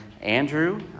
Andrew